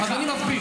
אז אני מסביר.